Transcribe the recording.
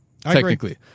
technically